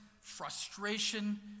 frustration